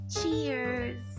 Cheers